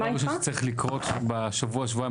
דבר ראשון שצריך לקרות בשבוע שבועיים